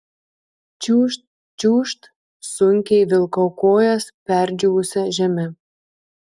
čiūžt čiūžt sunkiai vilkau kojas perdžiūvusia žeme